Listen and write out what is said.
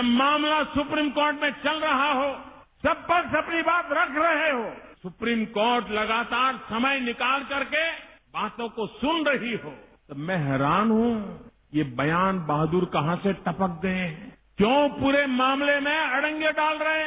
जब मामला supreme court में चल रहा हो सब पक्ष अपनी बात रख रहे हों सुप्रीम कोर्ट लगातार समय निकाल करके बातों को सुन रही हो तो मैं हैरान हूँ ये बयान बहादुर कहां से टपक गये क्यों पूरे मामले में अड़ंगे डाल रहे हैं